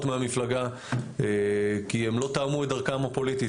מהמפלגה כי הם לא תאמו את דרכם הפוליטית,